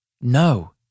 No